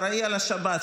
שאחראי על השב"ס,